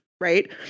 right